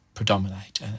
predominate